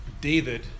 David